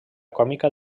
còmica